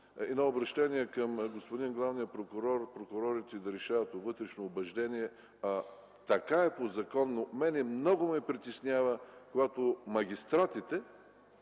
едно обръщение към господин главния прокурор – прокурорите да решават по вътрешно убеждение. Така е по закон, но мен много ме притеснява, когато магистратите